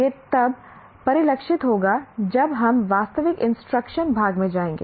यह तब परिलक्षित होगा जब हम वास्तविक इंस्ट्रक्शन भाग में जाएंगे